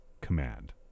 command